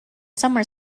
summer